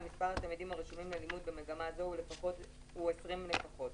אם מספר התלמידים הרשומים ללימוד במגמה זו הוא 20 לפחות,